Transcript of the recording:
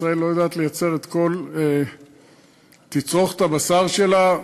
ישראל לא יודעת לייצר את כל תצרוכת הבשר שלה.